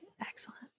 Excellent